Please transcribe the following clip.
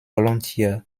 volunteer